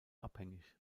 abhängig